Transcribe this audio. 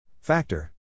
Factor